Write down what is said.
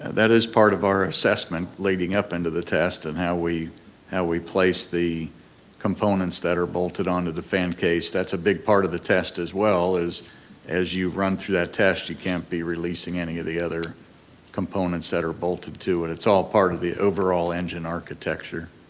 that is part of our assessment leading up into the test and how we how we place the components that are bolted onto the fan case, that's a big part of the test as well as you run through that test you can't be releasing any of the other components that are bolted to it, and it's all part of the overall engine architecture.